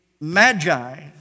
Magi